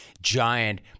giant